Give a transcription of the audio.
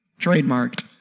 Trademarked